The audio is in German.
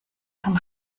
zum